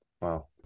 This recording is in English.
Wow